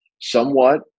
somewhat